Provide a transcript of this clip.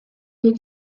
lieu